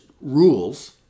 rules